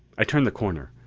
i turned the corner,